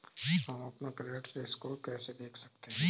हम अपना credit score कैसे देख सकते हैं?